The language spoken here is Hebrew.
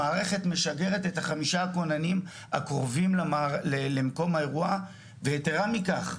המערכת משגרת את החמישה הכוננים הקרובים למקום האירוע וייתרה מכך,